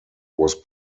was